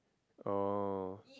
oh